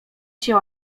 się